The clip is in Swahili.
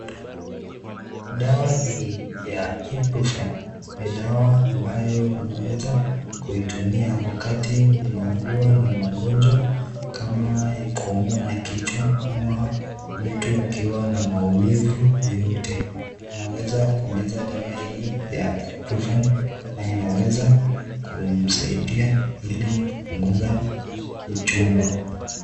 Dawa hii ya ebrufeni ni dawa ambayo unaweza kuitumia wakati unaugua na magonjwa kama kuumwa na kichwa ama mwili ukiwa na maumivu yoyote. Unaweza kumeza dawa hii ya ebrufeni na inaweza kumsaidia ili kupunguza uchungu.